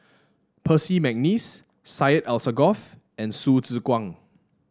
Percy McNeice Syed Alsagoff and Hsu Tse Kwang